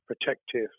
protective